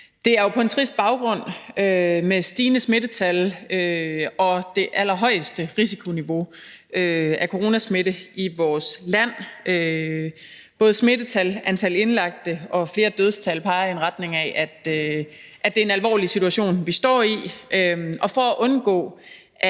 Det er jo på en trist baggrund med stigende smittetal og det allerhøjeste risikoniveau af coronasmitte i vores land. Både smittetal, antal indlagte og flere dødstal peger i retning af, at det er en alvorlig situation, vi står i, og for at undgå,